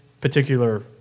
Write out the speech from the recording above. particular